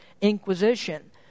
inquisition